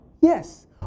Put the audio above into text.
Yes